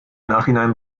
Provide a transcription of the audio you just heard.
nachhinein